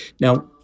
Now